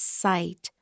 sight